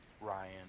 Ryan